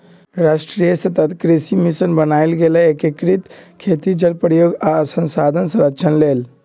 राष्ट्रीय सतत कृषि मिशन बनाएल गेल एकीकृत खेती जल प्रयोग आ संसाधन संरक्षण लेल